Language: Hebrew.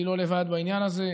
והיא לא לבד בעניין הזה,